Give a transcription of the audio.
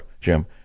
Jim